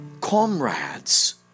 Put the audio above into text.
comrades